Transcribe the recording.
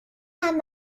kann